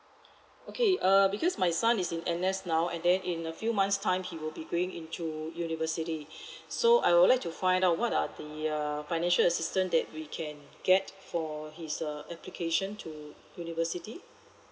okay uh because my son is in N_S now and then in a few months time he will be going into university so I would like to find out what are the err financial assistance that we can get for his uh application to university